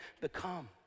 become